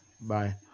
bye